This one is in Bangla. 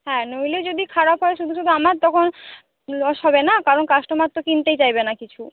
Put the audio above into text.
হ্যাঁ নইলে যদি খারাপ হয় শুধু শুধু আমার তখন লস হবে না কারণ কাস্টমার তো কিনতেই চাইবে না কিছু